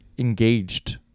engaged